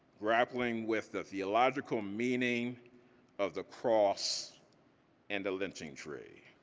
grappling with the theological meaning of the cross and the lynching tree.